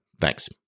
Thanks